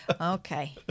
Okay